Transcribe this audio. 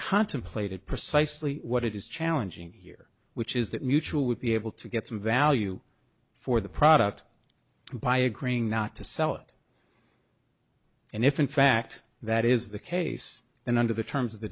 contemplated precisely what it is challenging here which is that mutual would be able to get some value for the product by agreeing not to sell it and if in fact that is the case then under the terms of the